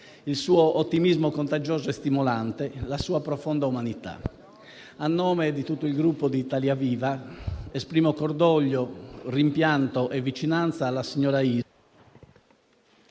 il suo ottimismo contagioso e stimolante e la sua profonda umanità. A nome di tutto il Gruppo Italia Viva, esprimo cordoglio, rimpianto e vicinanza alla signora Isa,